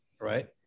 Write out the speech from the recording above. right